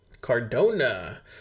Cardona